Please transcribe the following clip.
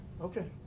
okay